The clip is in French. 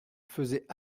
faisait